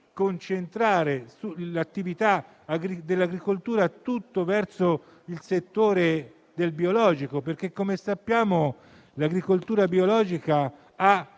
concentrare l'attività dell'agricoltura interamente sul settore del biologico, perché come sappiamo l'agricoltura biologica ha